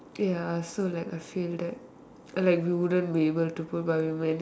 ya so like I feel that like we wouldn't be able to provide but we manage